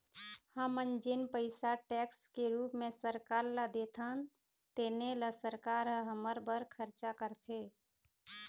हमन जेन पइसा टेक्स के रूप म सरकार ल देथन तेने ल सरकार ह हमर बर खरचा करथे